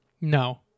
No